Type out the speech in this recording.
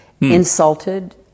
insulted